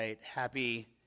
Happy